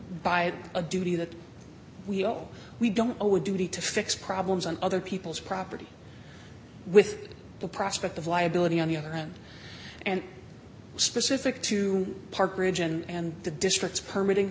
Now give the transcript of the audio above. by a duty that we owe we don't owe a duty to fix problems on other people's property with the prospect of liability on the other hand and specific to park ridge and the district's permitting